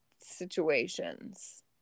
situations